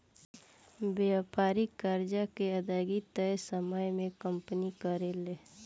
व्यापारिक कर्जा के अदायगी तय समय में कंपनी करेले